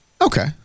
Okay